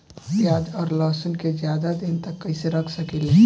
प्याज और लहसुन के ज्यादा दिन तक कइसे रख सकिले?